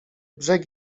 brzeg